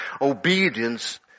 Obedience